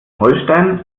holstein